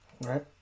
Right